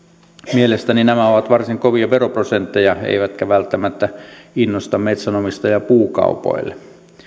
mielestäni nämä ovat varsin kovia veroprosentteja eivätkä välttämättä innosta metsänomistajaa puukaupoille